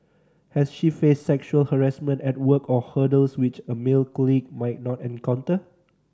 has she faced sexual harassment at work or hurdles which a male colleague might not encounter